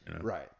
Right